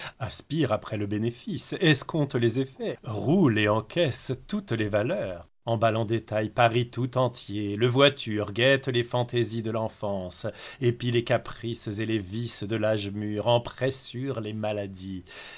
aspire après le bénéfice escompte les effets roule et encaisse toutes les valeurs emballe en détail paris tout entier le voiture guette les fantaisies de l'enfance épie les caprices et les vices de l'âge mur en pressure les maladies